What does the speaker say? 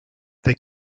they